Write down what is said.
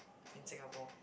in Singapore